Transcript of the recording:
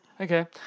Okay